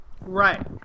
Right